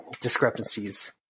discrepancies